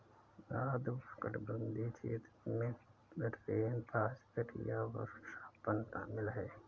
आर्द्र उष्णकटिबंधीय क्षेत्र में रेनफॉरेस्ट या वर्षावन शामिल हैं